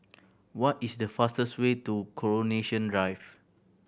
what is the fastest way to Coronation Drive